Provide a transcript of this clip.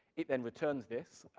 it then returns this,